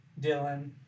Dylan